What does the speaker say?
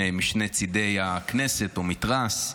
בו משני צידי הכנסת או המתרס,